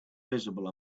visible